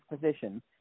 position